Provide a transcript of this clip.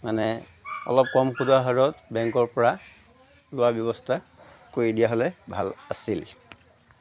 মানে অলপ কম সুতৰ হাৰত বেংকৰ পৰা লোৱাৰ ব্যৱস্থা কৰি দিয়া হ'লে ভাল আছিল